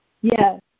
Yes